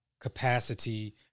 capacity